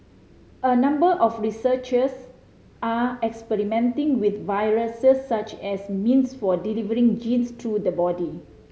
a number of researchers are experimenting with viruses such as means for delivering genes through the body